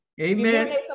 Amen